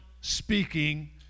speaking